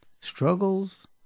struggles